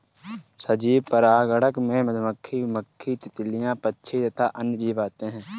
सजीव परागणक में मधुमक्खी, मक्खी, तितलियां, पक्षी तथा अन्य जीव आते हैं